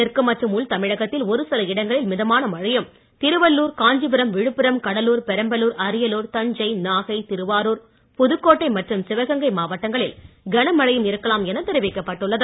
தெற்கு மற்றும் உள் தமிழக்கத்தில் ஒருசில இடங்களில் மிதமான மழையும் திருவள்ளுர் காஞ்சிபுரம் விழுப்புரம் கடலூர் பெரம்பலூர் அரியலூர் தஞ்சை நாகை திருவாருர் புதுக்கோட்டை மற்றும் சிவகங்கை மாவட்டங்களில் கனமழையும் இருக்கலாம் என தெரிவிக்கப்பட்டுள்ளது